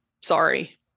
sorry